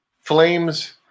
Flames